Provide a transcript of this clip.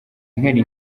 inkari